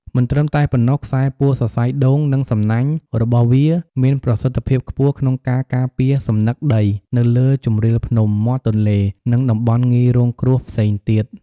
មិនត្រឹមតែប៉ុណ្ណោះខ្សែពួរសរសៃដូង និងសំណាញ់របស់វាមានប្រសិទ្ធភាពខ្ពស់ក្នុងការការពារសំណឹកដីនៅលើជម្រាលភ្នំ មាត់ទន្លេ និងតំបន់ងាយរងគ្រោះផ្សេងទៀត។